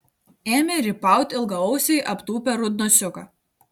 ėmė rypaut ilgaausiai aptūpę rudnosiuką